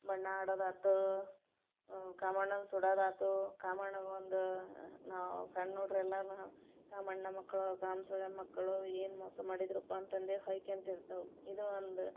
ಬಣ್ಣ ಆಡೋದು ಆಯ್ತು ಕಾಮಣ್ಣನ ಸುಡೋದು ಆಯ್ತು ಕಾಮಣ್ಣಗೆ ಒಂದು ನಾವು ಸಣ್ಣ ಹುಡ್ರು ಎಲ್ಲಾ ಕಾಮಣ್ಣ ಮಕ್ಕಳು ಕಾಮ ಸೂಳೆ ಮಕ್ಕಳು ಏನು ಮೋಸ ಮಾಡಿದರಪ್ಪ ಅಂತಂದು ಹೇಳ್ ಹೊಯ್ಕ್ಯಂತ ಇರ್ತವೆ ಇದೊಂದು